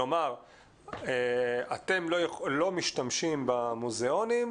כלומר אתם לא משתמשים במוזיאונים,